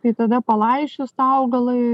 tai tada palaisčius tą augalai